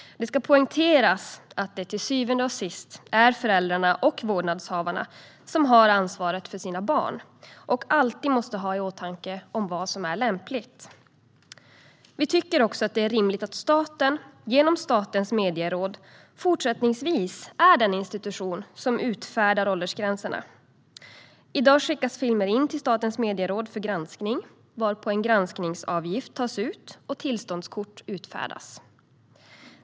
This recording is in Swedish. Det ska poängteras att det till syvende och sist är föräldrarna och vårdnadshavarna som har ansvaret för sina barn och alltid måste ha i åtanke vad som är lämpligt. Regeringen tycker också att det är rimligt att staten genom Statens medieråd fortsättningsvis är den institution som utfärdar åldersgränserna. I dag skickas filmer in till Statens medieråd för granskning, varpå en granskningsavgift tas ut och tillståndskort utfärdas.